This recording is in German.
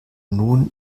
nun